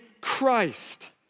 Christ